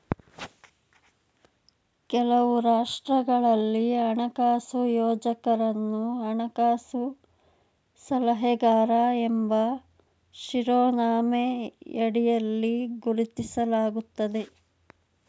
ಕೆಲವು ರಾಷ್ಟ್ರಗಳಲ್ಲಿ ಹಣಕಾಸು ಯೋಜಕರನ್ನು ಹಣಕಾಸು ಸಲಹೆಗಾರ ಎಂಬ ಶಿರೋನಾಮೆಯಡಿಯಲ್ಲಿ ಗುರುತಿಸಲಾಗುತ್ತದೆ